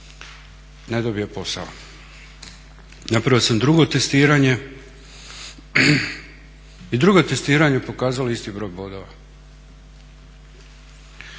ne dobije posao. Napravio sam drugo testiranje i drugo testiranje je pokazalo isti broj bodova.